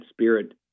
spirit